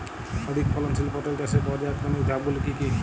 অধিক ফলনশীল পটল চাষের পর্যায়ক্রমিক ধাপগুলি কি কি?